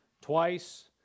twice